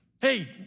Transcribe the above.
hey